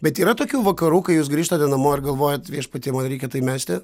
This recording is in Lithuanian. bet yra tokių vakarų kai jūs grįžtate namo ir galvojate viešpatie man reikia tai mesti